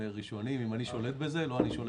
את לא יודעת עדיין אזורים, את לא יודעת